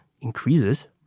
increases